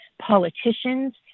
politicians